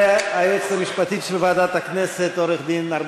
והיועצת המשפטית של ועדת הכנסת,